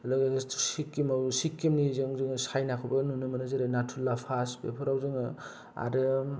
लोगोसे सिक्किमआव सिक्किमनिजों जोङो चाइनाखौबो नुनो मोनो जेरै नाटुला पास बफोराव जोङो आरो